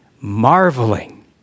marveling